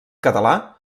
català